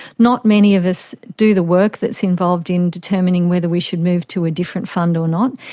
not many of us do the work that is involved in determining whether we should move to a different fund or not,